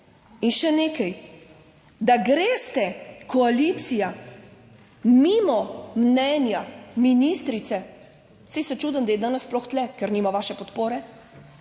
In še nekaj, da greste koalicija mimo mnenja ministrice, saj se čudim, da je danes sploh tu, ker nima vaše podpore.